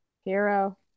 Hero